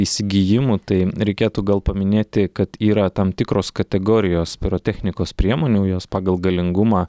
įsigijimu tai reikėtų gal paminėti kad yra tam tikros kategorijos pirotechnikos priemonių jos pagal galingumą